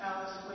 Alice